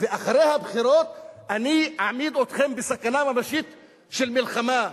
ואחרי הבחירות אני אעמיד אתכם בסכנה ממשית של מלחמה,